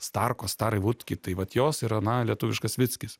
starkos stari vudki tai vat jos yra na lietuviškas viskis